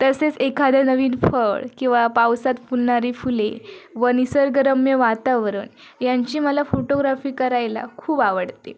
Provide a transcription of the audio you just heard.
तसेच एखादे नवीन फळ किंवा पावसात फुलणारी फुले व निसर्गरम्य वातावरण यांची मला फोटोग्राफी करायला खूप आवडते